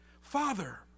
Father